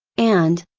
and,